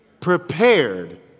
Prepared